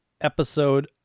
episode